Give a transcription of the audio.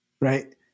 right